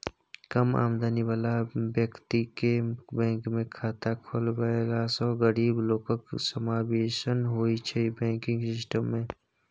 कम आमदनी बला बेकतीकेँ बैंकमे खाता खोलबेलासँ गरीब लोकक समाबेशन होइ छै बैंकिंग सिस्टम मे